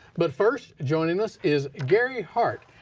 but first, joining us is gary hart.